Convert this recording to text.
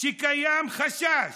"שקיים חשש,